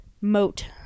Moat